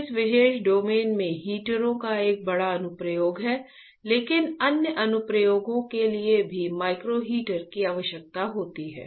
तो इस विशेष डोमेन में हीटरों का एक बड़ा अनुप्रयोग है लेकिन अन्य अनुप्रयोगों के लिए भी माइक्रो हीटर की आवश्यकता होती है